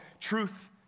truth